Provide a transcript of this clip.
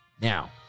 Now